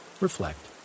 reflect